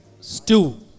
Stew